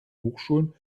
hochschulen